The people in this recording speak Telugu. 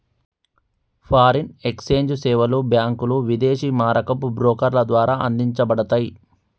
ఫారిన్ ఎక్స్ఛేంజ్ సేవలు బ్యాంకులు, విదేశీ మారకపు బ్రోకర్ల ద్వారా అందించబడతయ్